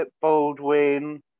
Baldwin